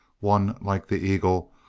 one like the eagle,